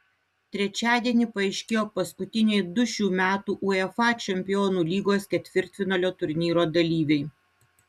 trečiadienį paaiškėjo paskutiniai du šių metų uefa čempionų lygos ketvirtfinalio turnyro dalyviai